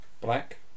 black